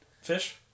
fish